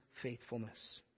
faithfulness